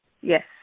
Yes